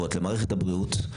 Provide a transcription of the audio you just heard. חשובות מאוד למערכת הבריאות.